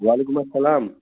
وعلیکُم اسلام